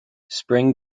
spring